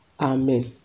amen